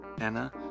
Anna